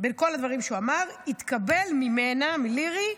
בין כל הדברים שהוא אמר: התקבל ממנה, מלירי,